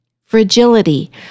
Fragility